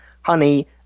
Honey